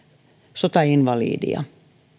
sotainvalidia